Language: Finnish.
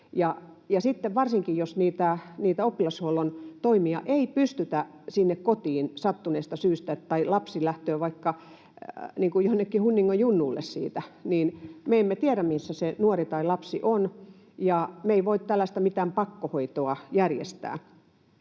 varsinkin, jos niitä oppilashuollon toimia ei pystytä sinne kotiin sattuneesta syystä viemään tai lapsi lähtee vaikka jonnekin hunningon junnuille, niin me emme tiedä, missä se nuori tai lapsi on, ja me ei voida mitään tällaista pakkohoitoa järjestää.